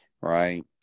right